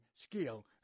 skill